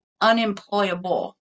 unemployable